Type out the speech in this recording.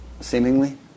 seemingly